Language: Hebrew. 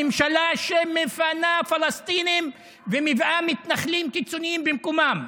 אתה חבר בממשלה שמפנה פלסטינים ומביאה מתנחלים קיצוניים במקומם.